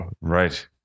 Right